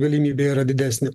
galimybė yra didesnė